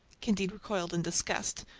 candide recoiled in disgust.